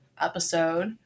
episode